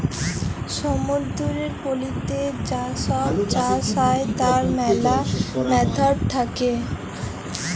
সমুদ্দুরের পলিতে যা ছব চাষ হ্যয় তার ম্যালা ম্যাথড থ্যাকে